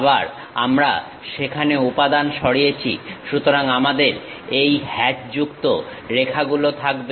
আবার আমরা সেখানে উপাদান সরিয়েছি সুতরাং আমাদের এই হ্যাচ যুক্ত রেখাগুলো থাকবে